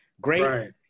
Great